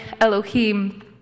Elohim